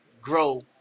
grow